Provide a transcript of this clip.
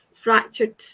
Fractured